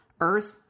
Earth